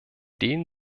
denen